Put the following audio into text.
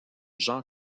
jean